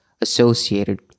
associated